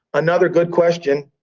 another good question.